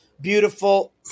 beautiful